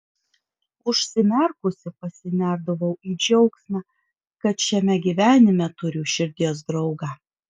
užsimerkusi pasinerdavau į džiaugsmą kad šiame gyvenime turiu širdies draugą